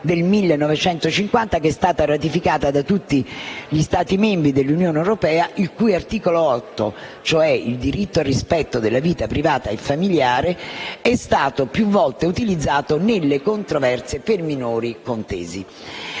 del 1950, che è stata ratificata da tutti gli Stati membri dell'Unione europea e il cui articolo 8, in tema di diritto al rispetto della vita privata e familiare, è stato più volte utilizzato nelle controversie per minori contesi.